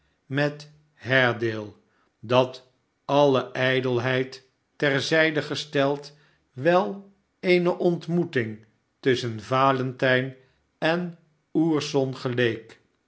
met haredale dat alle ijdelheid ter zijde gesteld wel eene ontmoeting tusschen valentijn en ourson geleek